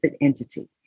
entity